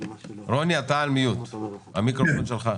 רן מלמד, בבקשה.